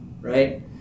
right